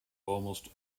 almost